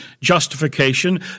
justification